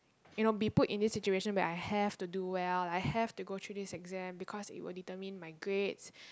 you know be put in this situation where I have to do well I have to go through this exam because it will determine my grades